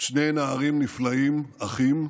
שני נערים נפלאים, אחים,